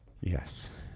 Yes